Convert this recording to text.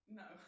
no